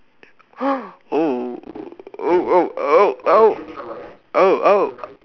oh oh oh oh oh oh oh